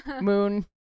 moon